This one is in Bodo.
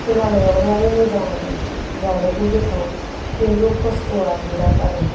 खोनानायावलाय मोजां जानोबो गोथाव किन्थु खस्त'आ बिराद आरो